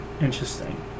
Interesting